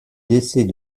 décès